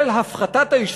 של הפחתת ההשתתפות.